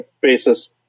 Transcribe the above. basis